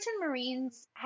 marines